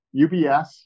UBS